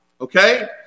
okay